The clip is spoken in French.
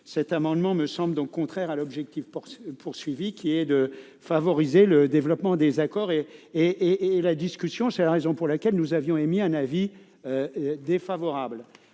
Cet amendement me semble donc contraire à l'objectif visé, à savoir favoriser le développement des accords et de la discussion. C'est la raison pour laquelle nous avions émis un avis défavorable.